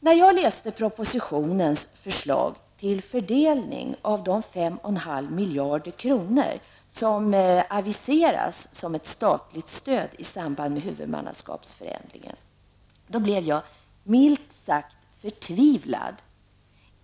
När jag läste propositionens förslag om fördelning av de 5,5 miljarder kronor som aviseras som ett statlig stöd i samband med huvudmannaskapsförändringen blev jag milt sagt förtvivlad.